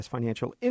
Financial